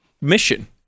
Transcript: mission